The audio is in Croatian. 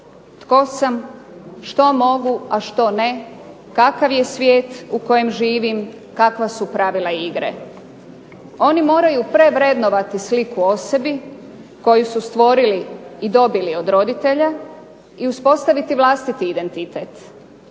tko sam? Što mogu, a što ne? Kakav je svijet u kojem živim? Kakva su pravila igre? Oni moraju prevrednovati sliku o sebi koju su stvorili i dobili od roditelja i uspostaviti vlastiti identitet.